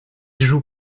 joue